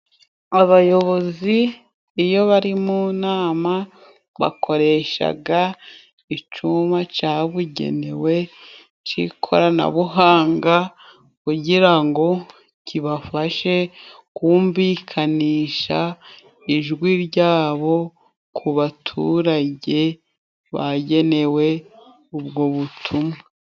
Abayobozi iyo bari mu nama bakoreshaga icuma cabugenewe c'ikoranabuhanga, kugira ngo kibafashe kumvikanisha ijwi ryabo, ku baturage bagenewe ubwo butumwa.